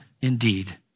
indeed